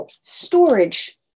storage